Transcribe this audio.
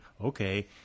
okay